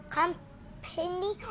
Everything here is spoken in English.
company